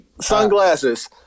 Sunglasses